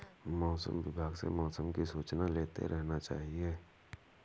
मौसम विभाग से मौसम की सूचना लेते रहना चाहिये?